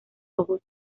ojos